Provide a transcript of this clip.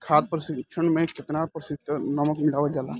खाद्य परिक्षण में केतना प्रतिशत नमक मिलावल जाला?